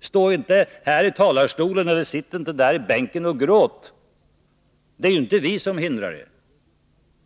Stå inte här i talarstolen, eller sitt inte där i bänken och gråt! Det är inte vi som hindrar er.